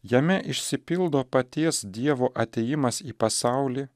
jame išsipildo paties dievo atėjimas į pasaulį